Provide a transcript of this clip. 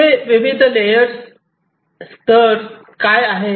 येथे विविध लेयर स्तर काय आहेत